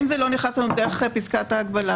אם זה לא נכנס לנו דרך פסקת ההגבלה,